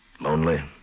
lonely